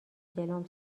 جلوم